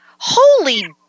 holy